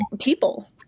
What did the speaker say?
people